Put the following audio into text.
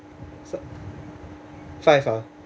five ah